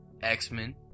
X-Men